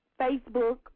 Facebook